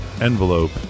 envelope